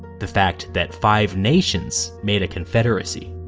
the fact that five nations made a confederacy.